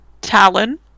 talon